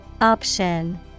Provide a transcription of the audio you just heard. Option